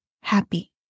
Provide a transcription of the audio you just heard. happy